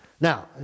Now